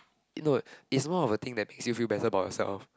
i~ know it's more of a thing that makes you feel better about yourself